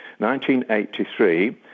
1983